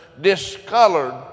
discolored